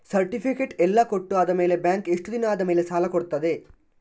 Certificate ಎಲ್ಲಾ ಕೊಟ್ಟು ಆದಮೇಲೆ ಬ್ಯಾಂಕ್ ಎಷ್ಟು ದಿನ ಆದಮೇಲೆ ಸಾಲ ಕೊಡ್ತದೆ?